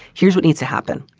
here's what needs to happen.